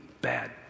bad